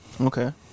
Okay